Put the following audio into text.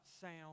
sound